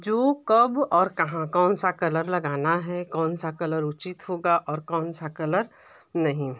जो कब और कहाँ कौन सा कलर लगाना है कौन सा कलर उचित होगा और कौन सा कलर नहीं